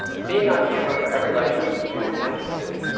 being on camera for every lecture was too time-consuming.